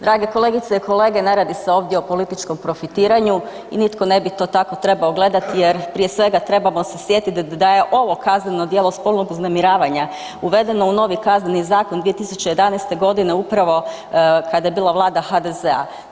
Drage kolegice i kolege, ne radi se ovdje o političkom profitiranju i nitko to tako trebao gledati jer prije svega trebamo sjetiti da je ovo kazneno djelo spolnog uznemiravanja uvedeno u novi Kazneni zakon 2011. g. upravo kada je bila Vlada HDZ-a.